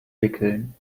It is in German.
wickeln